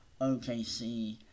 OKC